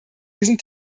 diesen